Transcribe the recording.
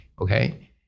okay